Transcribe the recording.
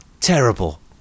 Terrible